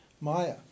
maya